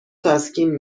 تسکین